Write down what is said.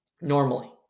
normally